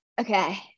okay